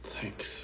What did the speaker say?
Thanks